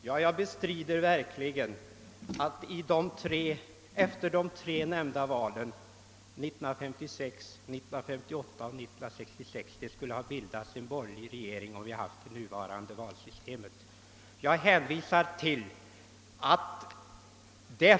Herr talman! Ja, jag bestrider verkligen att en borgerlig regering skulle ha bildats efter de tre nämnda valen — 1956, 1958 och 1966 — om vi då tilllämpat det nya valsystemet.